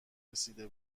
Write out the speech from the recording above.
رسیده